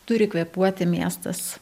turi kvėpuoti miestas